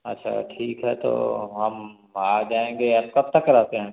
अच्छा ठीक है तो हम आ जाएँगे आप कब तक रहते हैं